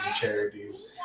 charities